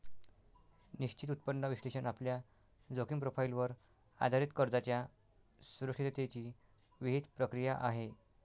निश्चित उत्पन्न विश्लेषण आपल्या जोखीम प्रोफाइलवर आधारित कर्जाच्या सुरक्षिततेची विहित प्रक्रिया आहे